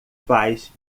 faz